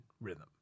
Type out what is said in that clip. rhythm